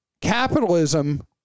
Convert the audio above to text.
capitalism